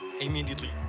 Immediately